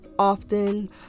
often